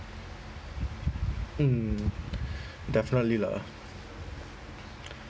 mm definitely lah